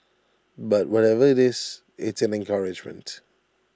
but whatever IT is it's an encouragement